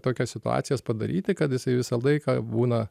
tokias situacijas padaryti kad jisai visą laiką būna